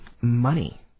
money